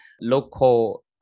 local